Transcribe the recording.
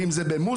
ואם זה במוסמוס.